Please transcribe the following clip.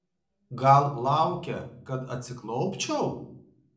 gal laukia kad atsiklaupčiau